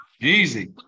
easy